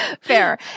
Fair